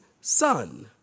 son